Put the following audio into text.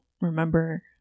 remember